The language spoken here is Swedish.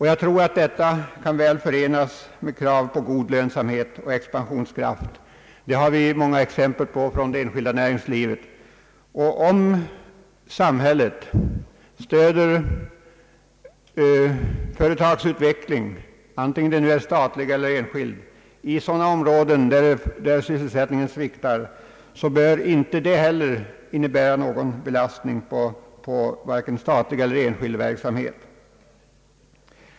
Jag tror att dessa mycket väl kan förenas med krav på god lönsamhet och expansionskraft. Det finns det många exempel på från det enskilda näringslivet. Om samhället stöder företagsutveckling, antingen den är statlig eller enskild, i sådana områden där sysselsättningen sviktar bör inte det heller innebära någon belastning vare sig på statlig eller på enskild verksamhet.